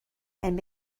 and